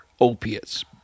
opiates